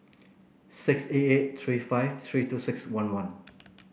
six eight eight three five three two six one one